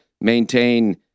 maintain